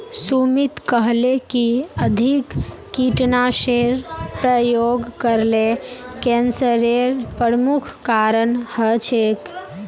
सुमित कहले कि अधिक कीटनाशेर प्रयोग करले कैंसरेर प्रमुख कारण हछेक